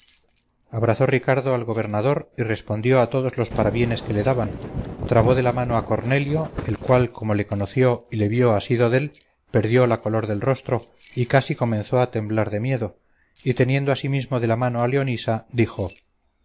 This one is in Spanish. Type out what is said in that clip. abrazó ricardo al gobernador y respondió a todos los parabienes que le daban trabó de la mano a cornelio el cual como le conoció y se vio asido dél perdió la color del rostro y casi comenzó a temblar de miedo y teniendo asimismo de la mano a leonisa dijo